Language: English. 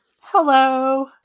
Hello